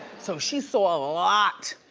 so she saw a lot.